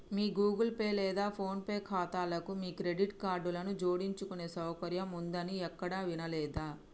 మీ Google Pay లేదా PhonePe ఖాతాలకు మీ క్రెడిట్ కార్డులను జోడించుకునే సౌకర్యం ఉందని ఎక్కడా వినలేదే